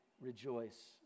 Rejoice